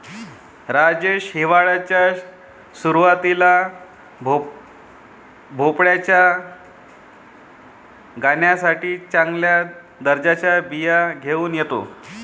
राजेश हिवाळ्याच्या सुरुवातीला भोपळ्याच्या गाण्यासाठी चांगल्या दर्जाच्या बिया घेऊन येतो